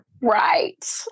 Right